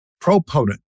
proponent